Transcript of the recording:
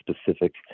specific